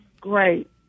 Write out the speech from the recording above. great